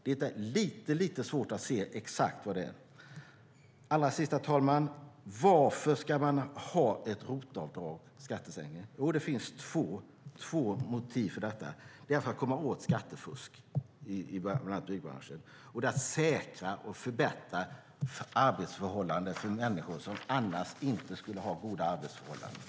Det är lite svårt att exakt se vad den är. Herr talman! Allra sist: Varför ska man ha ett ROT-avdrag, en skattsänkning? Ja, det finns två motiv: att komma åt skattefusk inom byggbranschen och att säkra och förbättra arbetsförhållanden för människor som annars inte skulle ha goda arbetsförhållanden.